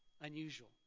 unusual